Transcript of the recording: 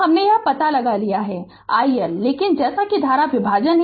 तो हमने यह पता लगा लिया है i L लेकिन जैसा कि धारा विभाजन है